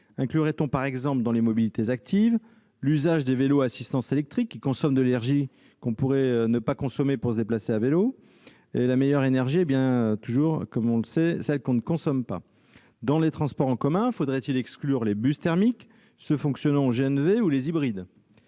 inclurait-on, par exemple, dans les mobilités actives, l'usage des vélos à assistance électrique, qui consomment de l'énergie dont on pourrait se passer pour se déplacer à vélo- la meilleure énergie reste toujours celle que l'on ne consomme pas ? Dans les transports en commun, faudrait-il exclure les bus thermiques, ceux qui fonctionnent au GNV ou les hybrides ?